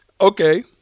Okay